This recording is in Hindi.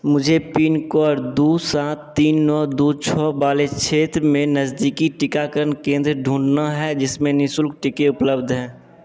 मुझे पिन कोड दो सात तीन नौ दो सात वाले क्षेत्र में नजदीकी टीकाकरण केंद्र ढूँढना है जिसमें निःशुल्क टीके उपलब्ध हैं